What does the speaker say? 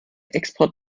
export